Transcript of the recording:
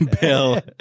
Bill